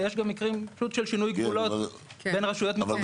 ויש גם מקרים פשוט של שינוי גבולות בין רשויות מקומיות.